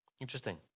Interesting